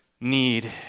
need